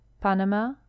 Panama